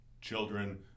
children